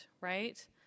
right